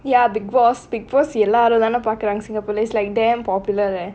ya because bigg boss bigg boss எல்லாரும் தான பாக்குறாங்க:ellaarum thaana paakkuraanga singapore leh like damn popular leh